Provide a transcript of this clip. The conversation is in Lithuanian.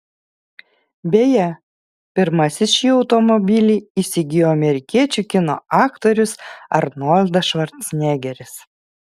beje pirmasis šį automobilį įsigijo amerikiečių kino aktorius arnoldas švarcnegeris